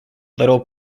little